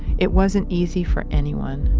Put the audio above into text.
it wasn't easy for anyone.